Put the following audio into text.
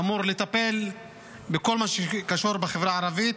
שאמור לטפל בכל מה שקשור בחברה הערבית,